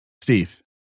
Steve